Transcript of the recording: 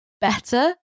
better